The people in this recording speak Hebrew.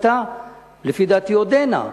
ולפי דעתי עודנה,